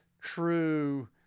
true